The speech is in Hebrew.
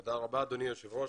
תודה רבה, אדוני היו"ר.